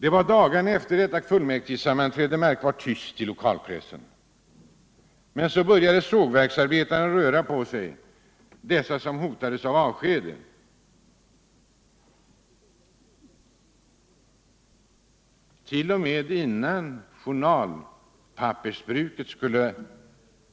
Det var dagarna efter detta kommunfullmäktigesammanträde märkbart tyst i lokalpressen. Men så började de sågverksarbetare som hotades av avsked röra på sig. De skall ju avskedas t.o.m. innan journalpappersbruket